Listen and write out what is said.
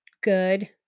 good